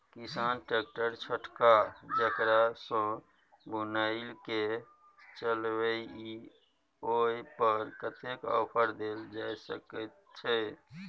किसान ट्रैक्टर छोटका जेकरा सौ बुईल के चलबे इ ओय पर कतेक ऑफर दैल जा सकेत छै?